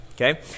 okay